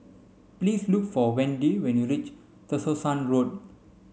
please look for Wende when you reach Tessensohn Road